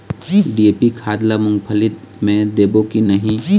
DAP खाद ला मुंगफली मे देबो की नहीं?